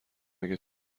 اگه